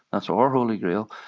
that's our holy grail,